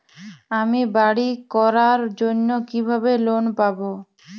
আমি বাড়ি করার জন্য কিভাবে লোন পাব?